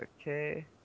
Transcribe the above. Okay